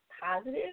positive